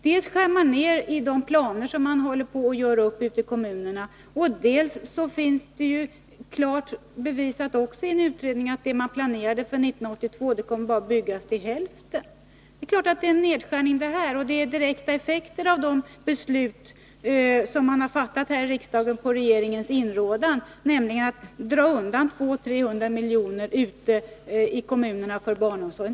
Dels görs nedskärningar i fråga om de planer som man håller på att göra upp ute i kommunerna, dels är det klart bevisat i en utredning att av det man planerade för 1982 kommer bara hälften att byggas. Det är klart att det är fråga om nedskärningar, och dessa är direkta effekter av de beslut som fattats här i riksdagen, på regeringens inrådan — nämligen att 200-300 milj.kr. skall dras undan ute i kommunerna för barnomsorgen.